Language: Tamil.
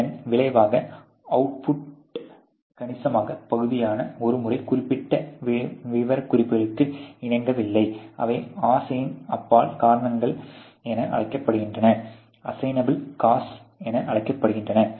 இதன் விளைவாக அவுட் புட்டின் கணிசமான பகுதியானது ஒருமுறை குறிப்பிடப்பட்ட விவரக்குறிப்புகளுக்கு இணங்கவில்லை அவை அசையின் அப்பள் காரணங்கள் என அறியப்படுகின்றன